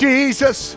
Jesus